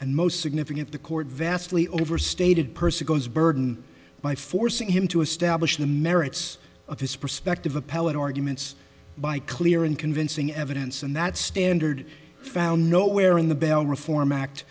and most significant the court vastly overstated person goes burden by forcing him to establish the merits of his prospective appellate arguments by clear and convincing evidence and that standard found nowhere in the bell reform act